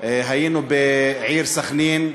גם היינו בעיר סח'נין.